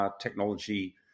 technology